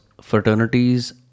fraternities